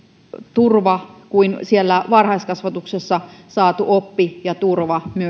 turva kuin myös siellä varhaiskasvatuksessa saatu oppi ja turva